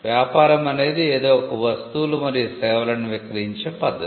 వ్యాపారం అనేది ఏదో ఒక వస్తువులు మరియు సేవలను విక్రయించే పద్ధతి